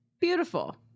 beautiful